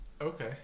Okay